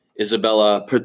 Isabella